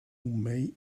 may